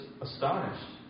astonished